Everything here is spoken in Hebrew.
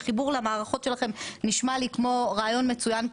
וחיבור למערכות שלכם נשמע לי כמו רעיון מצוין,